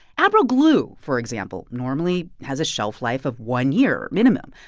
abro glue, for example, normally has a shelf life of one year, minimum.